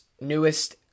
newest